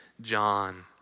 John